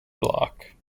block